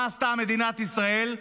מה עשתה מדינת ישראל?